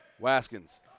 Waskins